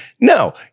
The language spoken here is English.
No